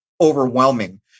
overwhelming